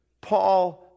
Paul